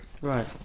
Right